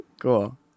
Cool